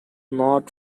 not